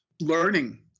learning